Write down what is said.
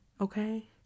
Okay